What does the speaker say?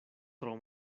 tro